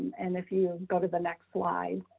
and if you go to the next slide.